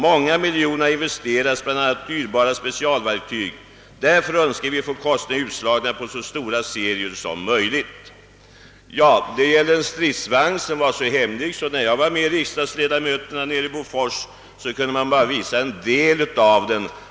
Många miljoner har investerats i bland annat dyrbara specialverktyg. Därför önskar vi få kostnaderna utslagna på så stora serier som möjligt.» Det gäller en stridsvagn som var så hemlig, att man när jag var nere i Bofors tillsammans med andra riksdagsledamöter bara kunde visa en del av den.